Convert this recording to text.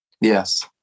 Yes